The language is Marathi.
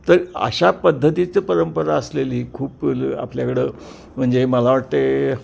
तर अशा पद्धतीचं परंपरा असलेली खूप ल आपल्याकडं म्हणजे मला वाटतं आहे